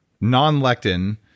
non-lectin